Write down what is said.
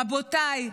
רבותיי,